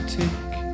take